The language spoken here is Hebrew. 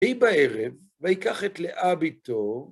היא בערב, ויקח את לאה בתו,